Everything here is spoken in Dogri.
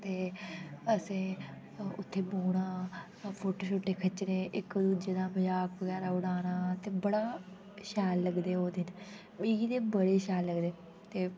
असे उत्थें बोह्ना ते फोटो शोटो खीचने एक दुजे दा मजाक शजाक बगैरा उड़ाना बड़ा शैल लगदे ओ दिन मिगी ते बड़े शैल लगदे ते